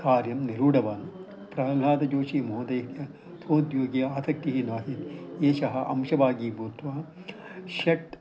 कार्यं निरूढवान् प्रह्लादजोषि महोदयः स्वोद्योगे आसक्तिः नासीत् एषः अंशभागी भूत्वा षट्